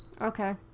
Okay